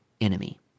enemy